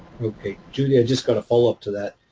okay. judy, i've just got a follow-up to that.